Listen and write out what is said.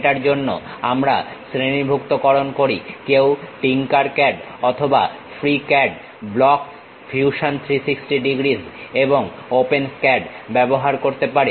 সেটার জন্য আমরা শ্রেণীভুক্তকরণ করি কেউ টিংকার ক্যাড অথবা ফ্রিক্যাড ব্লকস ফিউশন 360 ডিগ্রীস এবং ওপেন স্ক্যাড ব্যবহার করতে পারে